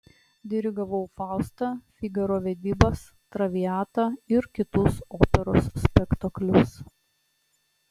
dirigavau faustą figaro vedybas traviatą ir kitus operos spektaklius